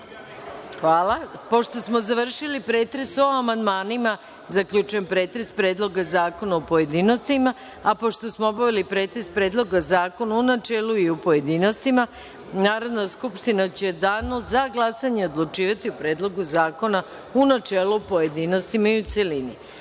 (Ne)Pošto smo završili pretres o amandmanima, zaključujem pretres Predloga zakona u pojedinostima. Pošto smo obavili pretres Predloga zakona u načelu i u pojedinostima, Narodna skupština će u Danu za glasanje odlučivati o Predlogu zakona u načelu, pojedinostima i u